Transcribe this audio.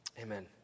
Amen